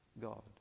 God